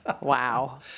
Wow